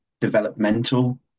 developmental